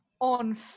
on